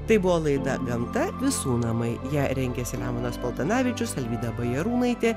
tai buvo laida gamta visų namai ją rengė selemonas paltanavičius alvyda bajarūnaitė